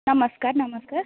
ନମସ୍କାର ନମସ୍କାର